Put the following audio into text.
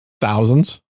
thousands